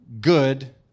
good